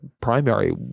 primary